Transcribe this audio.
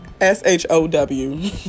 S-H-O-W